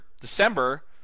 December